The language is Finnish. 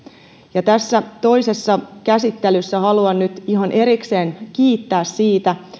tässä toisessa käsittelyssä haluan nyt ihan erikseen kiittää siitä